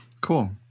Cool